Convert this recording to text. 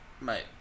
Mate